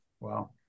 Wow